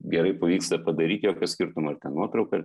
gerai pavyksta padaryt jokio skirtumo ar ten nuotrauka ar